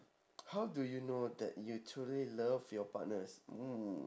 how do you know that you truly love your partners mm